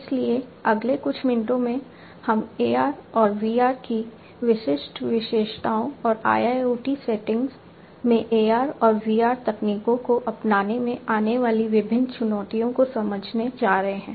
इसलिए अगले कुछ मिनटों में हम AR और VR की विशिष्ट विशेषताओं और IIoT सेटिंग में AR और VR तकनीकों को अपनाने में आने वाली विभिन्न चुनौतियों को समझने जा रहे हैं